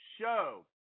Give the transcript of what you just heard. show